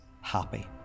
happy